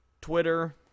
Twitter